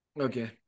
okay